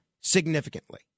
significantly